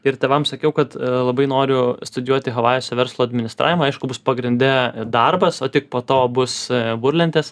ir tėvam sakiau kad labai noriu studijuoti havajuose verslo administravimą aišku bus pagrinde darbas o tik po to bus burlentės